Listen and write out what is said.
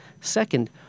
Second